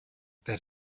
that